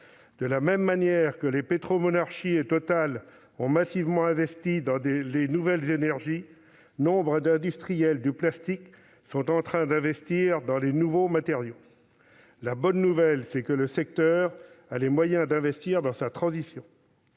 De la même manière que les pétromonarchies et Total ont massivement investi dans les nouvelles énergies, nombre d'industriels du plastique investissent déjà dans de nouveaux matériaux. La bonne nouvelle, c'est que le secteur a les moyens d'investir dans sa transition.